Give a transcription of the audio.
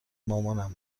مامانم